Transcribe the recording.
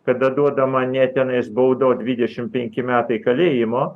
kada duodama ne tenais bauda o dvidešimt penki metai kalėjimo